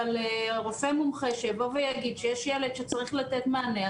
אבל רופא מומחה שיבוא ויגיד שיש ילד שצריך לתת מענה,